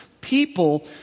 people